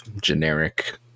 generic